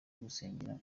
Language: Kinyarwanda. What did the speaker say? gusengera